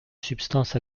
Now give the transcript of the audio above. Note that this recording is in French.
substance